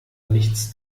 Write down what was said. nichts